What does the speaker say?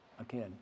Again